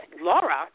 Laura